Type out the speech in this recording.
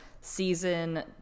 Season